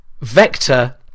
Vector